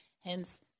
hence